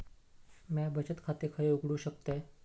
म्या बचत खाते खय उघडू शकतय?